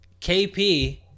KP